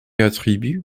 attribue